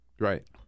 Right